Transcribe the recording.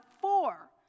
four